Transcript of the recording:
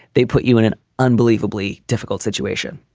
they put you in an unbelievably difficult situation.